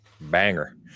banger